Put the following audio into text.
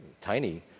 tiny